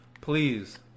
Please